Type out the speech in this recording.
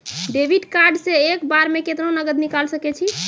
Debit card से एक बार मे केतना नगद निकाल सके छी?